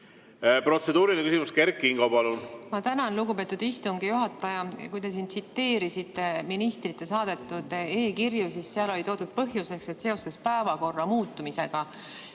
Protseduuriline küsimus, Kert Kingo, palun! Ma tänan, lugupeetud istungi juhataja! Kui te siin tsiteerisite ministrite saadetud e-kirju, siis seal oli toodud põhjuseks, et seoses päevakorra muutumisega.